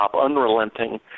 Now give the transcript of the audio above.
unrelenting